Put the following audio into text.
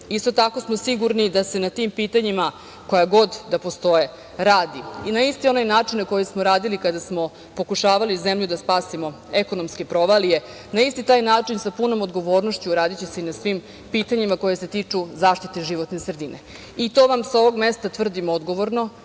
Isto tako smo sigurni da se na tim pitanjima, koja god da postoje, radi, na isti onaj način na koji smo radili kada smo pokušavali zemlju da spasimo ekonomske provalije, na isti taj način sa punom odgovornošću radiće se i na svim pitanjima koja se tiču zaštite životne sredine. To vam sa ovog mesta tvrdim odgovorno,